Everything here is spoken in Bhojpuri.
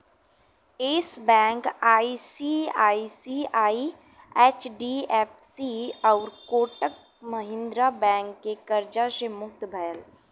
येस बैंक आई.सी.आइ.सी.आइ, एच.डी.एफ.सी आउर कोटक महिंद्रा बैंक के कर्जा से मुक्त भयल